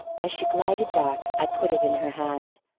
as she glided back, i put it in her hand,